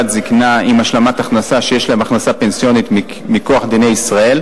זיקנה עם השלמת הכנסה שיש להם הכנסה פנסיונית מכוח דיני ישראל,